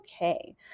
okay